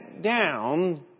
down